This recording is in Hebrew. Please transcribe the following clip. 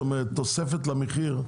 זאת אומרת תוספת למחיר.